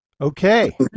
Okay